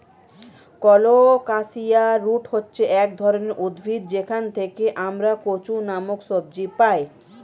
colocasia root হচ্ছে এক ধরনের উদ্ভিদ যেখান থেকে আমরা কচু নামক সবজি পাই